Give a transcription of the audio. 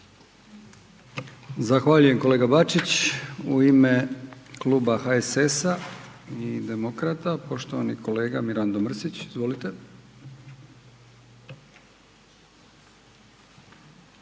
Zahvaljujem kolega Bačić. U ime Kluba HSS-a i Demokrata, poštovani kolega Mirando Mrsić. Izvolite.